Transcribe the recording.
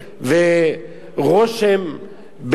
ורושם,